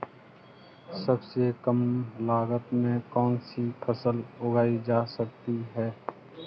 सबसे कम लागत में कौन सी फसल उगाई जा सकती है